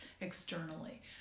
externally